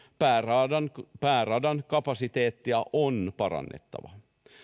pääradan pääradan kapasiteettia on parannettava